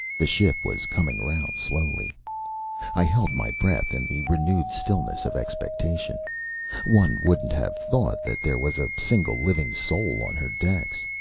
the ship was coming round slowly i held my breath in the renewed stillness of expectation one wouldn't have thought that there was a single living soul on her decks.